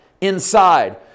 inside